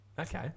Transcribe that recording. Okay